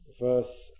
verse